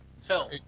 Phil